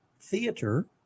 theater